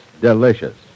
delicious